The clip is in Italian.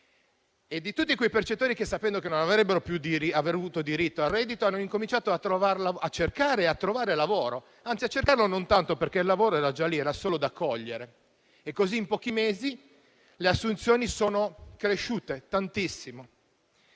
non poterla più far franca e sapendo che non avrebbero più avuto diritto al reddito, hanno incominciato a cercare e a trovare lavoro. Anzi, a cercarlo non tanto, perché il lavoro era già lì, era solo da cogliere. E così in pochi mesi le assunzioni sono cresciute tantissimo.